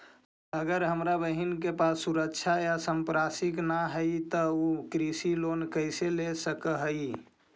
अगर हमर बहिन के पास सुरक्षा या संपार्श्विक ना हई त उ कृषि लोन कईसे ले सक हई?